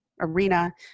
arena